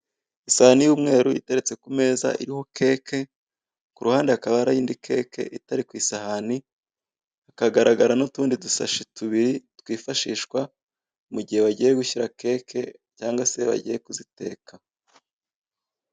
Isahani y'umweru iteretse ku meza iriho keke ku ruhande hakaba hari indi keke, itari ku ku isahani hakagaragara n'utundi dusashi tubiri twifashishwa mu gihe bagiye gushyira keke cyangwa se iyo bagiye kuziteka.